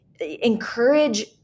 encourage